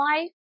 life